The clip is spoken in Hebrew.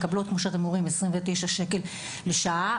מקבלות כ-29 שקלים לשעה,